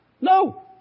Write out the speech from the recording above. No